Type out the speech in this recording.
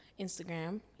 Instagram